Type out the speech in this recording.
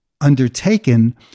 undertaken